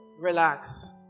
Relax